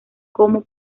como